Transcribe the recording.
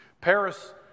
Paris